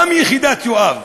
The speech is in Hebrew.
גם יחידת יואב,